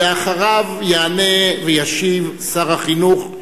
אחריו יעלה וישיב שר החינוך,